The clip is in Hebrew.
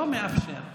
לא מאפשר.